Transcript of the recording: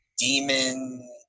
demon